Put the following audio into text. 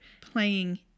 playing